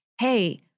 hey